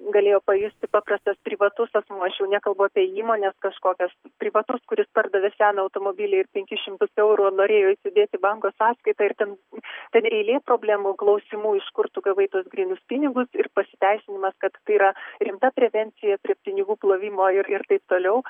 galėjo pajusti paprastas privatus asmuo aš jau nekalbu apie įmones kažkokias privatus kuris pardavė seną automobilį ir penkis šimtus eurų norėjo įsidėti banko sąskaitą ir ten ten ir eilė problemų klausimų iš kur tu gavai tuos grynius pinigus ir pasiteisinimas kad tai yra rimta prevencija prie pinigų plovimo ir ir taip toliau